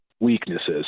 weaknesses